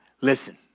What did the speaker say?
Listen